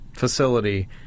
Facility